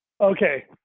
Okay